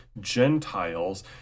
Gentiles